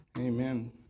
Amen